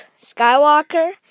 Skywalker